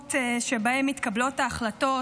במקומות שבהם מתקבלות ההחלטות